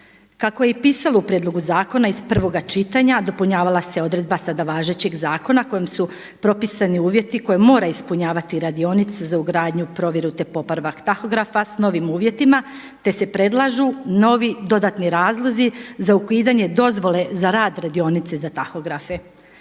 Kako je i pisalo u prijedlogu zakona iz prvoga čitanja dopunjavala se odredba sada važećeg zakona kojim su propisani uvjeti koje mora ispunjavati radionica za ugradnju, provjeru, te popravak tahografa sa novim uvjetima, te se predlažu novi dodatni razlozi za ukidanje dozvole za rad radionice za tahografe.